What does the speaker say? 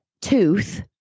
tooth